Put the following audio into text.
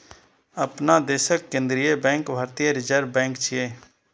अपना देशक केंद्रीय बैंक भारतीय रिजर्व बैंक छियै